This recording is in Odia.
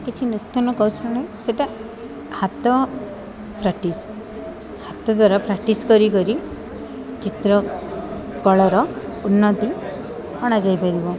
କିଛି ନୂତନ କୌଶଳ ସେଇଟା ହାତ ପ୍ରାକ୍ଟିସ୍ ହାତ ଦ୍ୱାରା ପ୍ରାକ୍ଟିସ୍ କରିକରି ଚିତ୍ର କଳାର ଉନ୍ନତି ଅଣାଯାଇପାରିବ